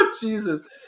Jesus